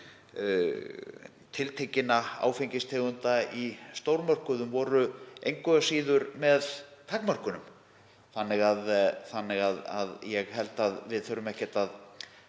tiltekinna áfengistegunda í stórmörkuðum voru engu að síður með takmörkunum. Ég held að við þurfum ekkert að